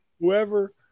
whoever